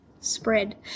spread